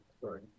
Sorry